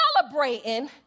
celebrating